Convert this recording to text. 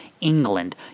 England